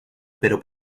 pero